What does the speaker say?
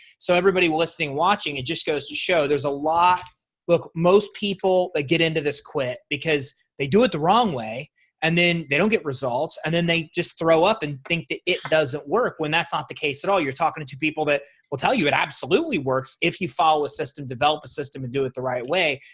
so everybody listening watching it just goes to show there's a lot look most people ah get into this quit because they do it the wrong way and then they don't get results. and then they just throw up and think that it doesn't work when that's ah not the case at all you're talking to to people that will tell you it absolutely works. if you follow a system develop a system and do it the right way.